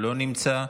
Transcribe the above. לא נמצא.